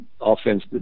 offense